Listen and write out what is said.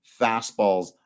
fastballs